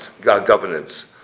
governance